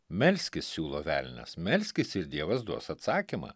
melskis siūlo velnias melskis ir dievas duos atsakymą